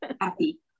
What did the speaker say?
happy